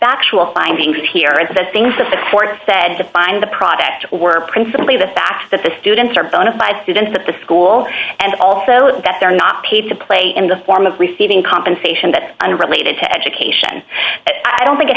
factual findings here is the things that the court said to find the product were principally the fact that the students are bonafide students at the school and also that they're not paid to play in the form of receiving compensation that unrelated to education i don't think it